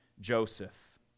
Joseph